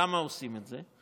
למה עושים את זה?